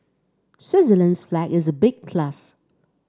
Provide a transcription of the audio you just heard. Switzerland's flag is a big plus